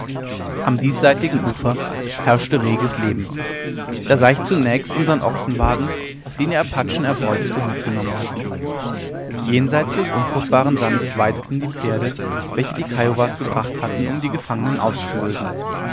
am diesseitigen ufer herrschte reges leben da sah ich zunächst unsern ochsenwagen den die apachen erbeutet und mitgenommen hatten jenseits des unfruchtbaren sandes weideten die pferde welche die kiowas gebracht hatten um die gefangenen auszulösen